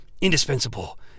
indispensable